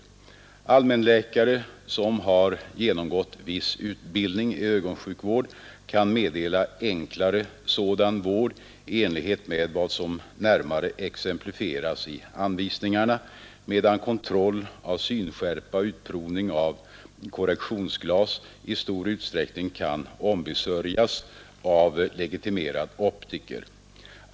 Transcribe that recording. Allmänläkare, som har genomgått viss utbildning i ögonsjukvård, kan meddela enklare sådan vård i enlighet med vad som närmare exemplifieras i anvisningarna, medan kontroll av synskärpa och utprovning av korrektionsglas i stor utsträckning kan ombesörjas av legitimerad optiker.